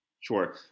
Sure